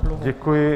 Děkuji.